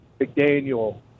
McDaniel